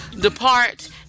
depart